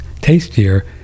tastier